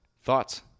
Thoughts